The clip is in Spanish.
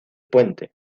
puente